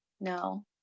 no